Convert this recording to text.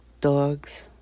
dogs